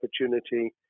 opportunity